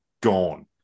gone